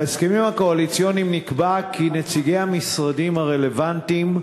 בהסכמים הקואליציוניים נקבע כי נציגי המשרדים הרלוונטיים,